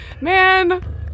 Man